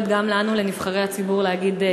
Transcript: בגדול,